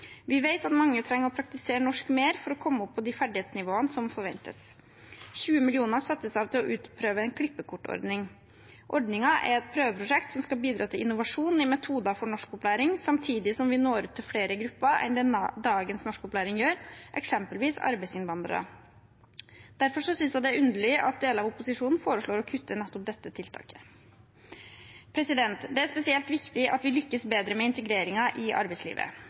mer for å komme opp på de ferdighetsnivåene som forventes. 20 mill. kr settes av til å utprøve en klippekortordning. Ordningen er et prøveprosjekt som skal bidra til innovasjon i metoder for norskopplæring, samtidig som vi når ut til flere grupper enn det dagens norskopplæring gjør, eksempelvis arbeidsinnvandrere. Derfor synes jeg det er underlig at deler av opposisjonen foreslår å kutte nettopp dette tiltaket. Det er spesielt viktig at vi lykkes bedre med integreringen i arbeidslivet.